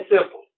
simple